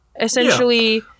essentially